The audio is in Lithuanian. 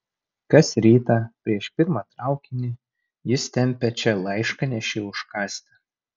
kas rytą prieš pirmą traukinį jis tempia čia laiškanešį užkąsti